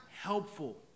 helpful